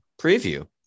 preview